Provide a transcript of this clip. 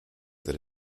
that